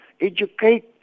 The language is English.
Educate